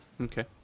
Okay